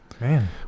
Man